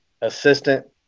assistant